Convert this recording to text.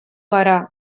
gara